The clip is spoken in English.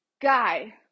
guy